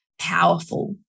powerful